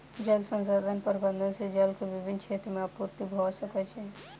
जल संसाधन प्रबंधन से जल के विभिन क्षेत्र में आपूर्ति भअ सकै छै